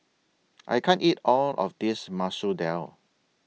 I can't eat All of This Masoor Dal